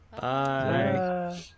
Bye